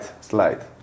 Slide